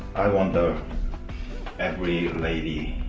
i wonder. every lady